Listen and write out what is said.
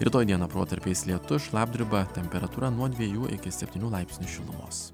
rytoj dieną protarpiais lietus šlapdriba temperatūra nuo dviejų iki septynių laipsnių šilumos